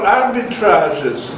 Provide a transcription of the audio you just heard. arbitrages